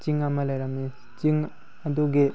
ꯆꯤꯡ ꯑꯃ ꯂꯩꯔꯝꯃꯤ ꯆꯤꯡ ꯑꯗꯨꯒꯤ